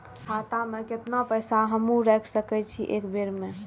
खाता में केतना पैसा तक हमू रख सकी छी एक बेर में?